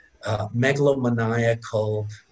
megalomaniacal